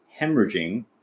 hemorrhaging